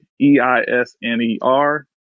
E-I-S-N-E-R